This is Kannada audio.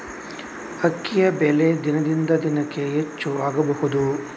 ಅಕ್ಕಿಯ ಬೆಲೆ ದಿನದಿಂದ ದಿನಕೆ ಹೆಚ್ಚು ಆಗಬಹುದು?